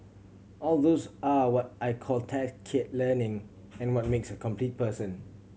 all those are what I call tacit learning and what makes a complete person